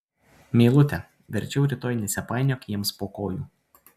meilute verčiau rytoj nesipainiok jiems po kojų